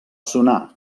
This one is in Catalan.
sonar